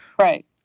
right